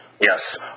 Yes